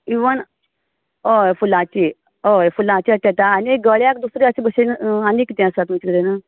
even हय फुलाची होय फुलाची आटी येता आनी गळ्याक दुसरें अशें भशेन आनीक कितें आसा तुमचें कडेन